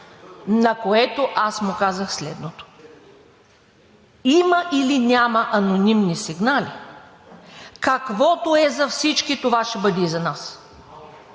На което аз му казах следното: има или няма анонимни сигнали, каквото е за всички, това ще бъде и за нас.